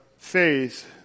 Faith